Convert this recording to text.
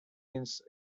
his